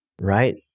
right